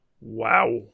Wow